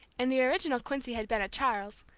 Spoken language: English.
and the original quincy had been a charles,